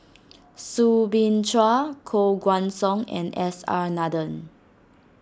Soo Bin Chua Koh Guan Song and S R Nathan